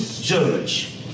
judge